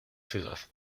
ciudad